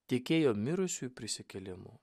tikėjo mirusiųjų prisikėlimu